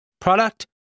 product